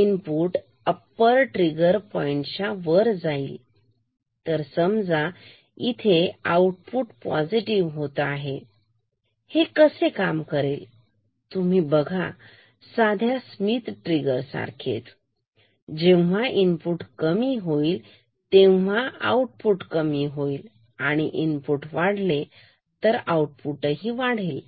input upper trigger point च्या वर जाईल तर समजा इथे आउटपुट पॉझिटिव्ह होतं आहे तर हे कसे काम करेल तुम्ही बघा साध्या स्मित ट्रिगर सारखेच जेव्हा इनपुट कमी होईल आउटपुट कमी होईल आणि जर इनपुट वाढले तर आउटपुट वाढेल